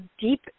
deep